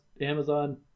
Amazon